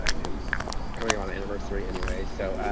and we're coming on the anniversary, anyway. so